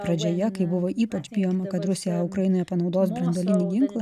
pradžioje kai buvo ypač bijoma kad rusija ukrainoje panaudos branduolinį ginklą